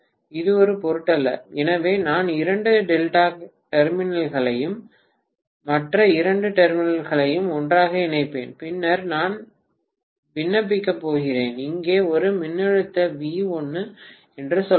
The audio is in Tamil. இது ஒரு பொருட்டல்ல எனவே நான் இரண்டு டெர்மினல்களையும் மற்ற இரண்டு டெர்மினல்களையும் ஒன்றாக இணைப்பேன் பின்னர் நான் விண்ணப்பிக்கப் போகிறேன் இங்கே ஒரு மின்னழுத்த வி 1 என்று சொல்லலாம்